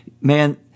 Man